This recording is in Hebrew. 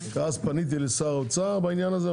כי אז פניתי לשר האוצר בעניין הזה,